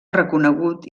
reconegut